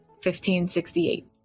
1568